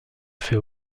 fait